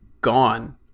gone